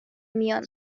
میان